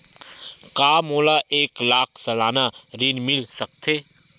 का मोला एक लाख सालाना ऋण मिल सकथे?